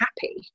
happy